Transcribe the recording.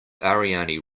ariane